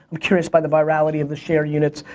i'm curious by the virality of the share units.